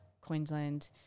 queensland